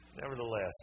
nevertheless